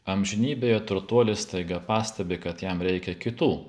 amžinybėje turtuolis staiga pastebi kad jam reikia kitų